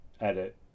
edit